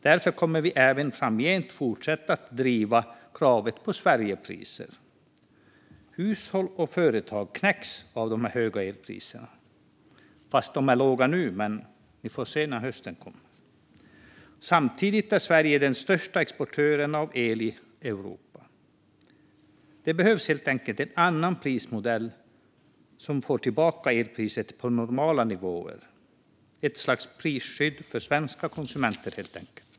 Därför kommer vi även framgent att fortsätta att driva kravet på Sverigepriser. Hushåll och företag knäcks av de höga elpriserna. De är visserligen låga nu, men vi får se när hösten kommer. Samtidigt är Sverige den största exportören av el i Europa. Det behövs helt enkelt en annan prismodell, som får tillbaka elpriset till normala nivåer - ett slags prisskydd för svenska konsumenter.